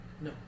No